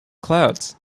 clouds